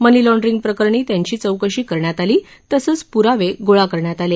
मनी laundering प्रकरणी त्यांची चौकशी करण्यात आली तसंच प्रावे गोळा करण्यात आले